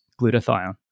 glutathione